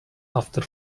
after